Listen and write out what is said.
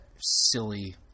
silly